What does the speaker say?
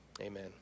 amen